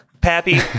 Pappy